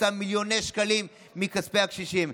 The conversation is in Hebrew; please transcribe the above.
מיליוני שקלים מכספי הקשישים,